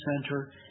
center